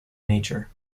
nature